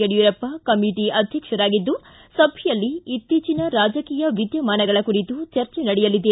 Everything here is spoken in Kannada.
ಯಡ್ಕೂರಪ್ಪ ಕಮಿಟಿ ಅಧ್ಯಕ್ಷರಾಗಿದ್ದು ಸಭೆಯಲ್ಲಿ ಇತ್ತೀಚನ ರಾಜಕೀಯ ವಿದ್ಯಮಾನಗಳ ಕುರಿತು ಚರ್ಚೆ ನಡೆಯಲಿದೆ